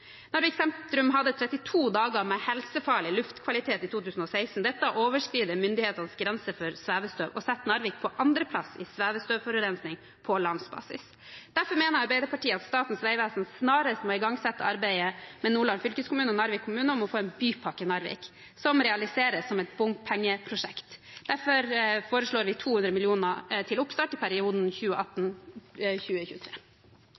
Narvik sentrum hadde 32 dager med helsefarlig luftkvalitet i 2016. Dette overskrider myndighetenes grense for svevestøv og setter Narvik på andreplass i svevestøvforurensning på landsbasis. Derfor mener Arbeiderpartiet at Statens vegvesen snarest må igangsette arbeidet med Nordland fylkeskommune og Narvik kommune om å få en Bypakke Narvik som realiseres som et bompengeprosjekt. Og derfor foreslår vi 200 mill. kr til oppstart i perioden